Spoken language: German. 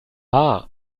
der